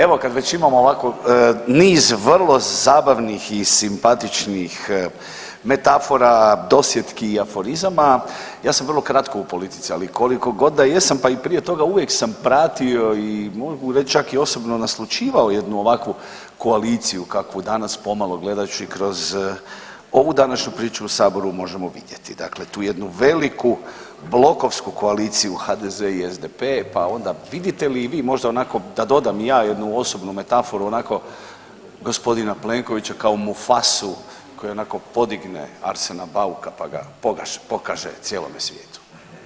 Evo kad već imamo ovako niz vrlo zabavnih i simpatičnih metafora, dosjetki i aforizama, ja sam vrlo kratko u politici, ali koliko god da jesam pa i prije toga, uvijek sam pratio i mogu reći čak i osobno naslućivao jednu ovakvu koaliciju kakvu danas pomalo gledajući kroz ovu današnju priču u saboru možemo vidjeti, dakle tu jednu veliku blokovsku koaliciju HDZ i SDP, pa onda vidite li i vi možda onako da dodam i ja jednu osobnu metaforu onako g. Plenkovića kao mufasu koji onako podigne Arsena Bauka, pa ga pokaže cijelome svijetu.